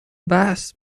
بحث